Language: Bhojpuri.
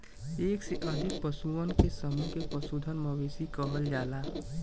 एक से अधिक पशुअन के समूह के पशुधन, मवेशी कहल जाला